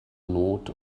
not